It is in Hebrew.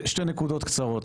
שתי נקודות קצרות,